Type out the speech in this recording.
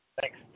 Thanks